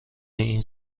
این